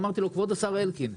אמרתי לו: כבוד השר אלקין,